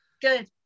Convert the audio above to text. Good